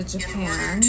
Japan